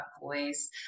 voice